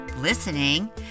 listening